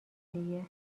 دیگه